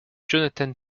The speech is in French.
jonathan